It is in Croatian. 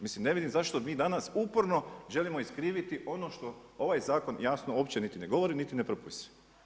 Mislim ne vidim zašto mi danas uporno želimo iskriviti ono što ovaj zakon jasno uopće ne govori, niti ne propisuje.